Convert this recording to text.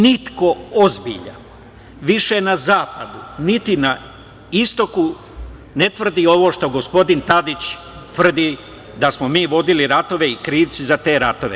Niko ozbiljan više na zapadu, niti na istoku ne tvrdi ovo što gospodin Tadić tvrdi – da smo mi vodili ratove i krivci za te ratove.